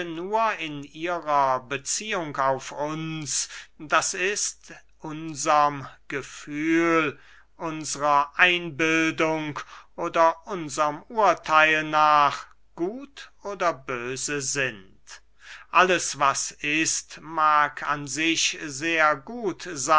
nur in ihrer beziehung auf uns d i unserm gefühl unsrer einbildung oder unserm urtheil nach gut oder böse sind alles was ist mag an sich sehr gut